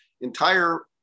entire